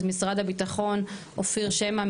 אז משרד הביטחון אופיר שמא,